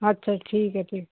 ਅੱਛਾ ਠੀਕ ਹੈ ਠੀਕ